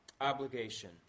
obligation